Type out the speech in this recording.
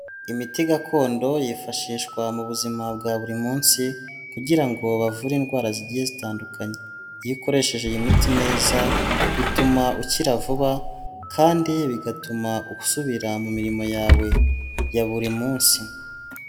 Imiti gakondo yifashishwa mu buzima bwa buri munsi kugira ngo bavure indwara zigiye zitandukanye. Iyo ukoresheje iyo miti neza bituma ukira vuba kandi bigatuma usubira mu mirimo yawe ya buri munsi.